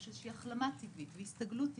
יש איזושהי החלמה טבעית והסתגלות טבעית,